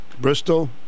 Bristol